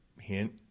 hint